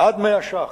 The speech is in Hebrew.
עד 100 ש"ח,